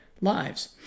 lives